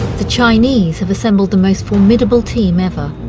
the chinese have assembled the most formidable team ever.